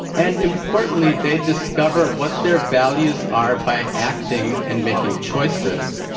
and importantly they discover what their values are by acting and making choices,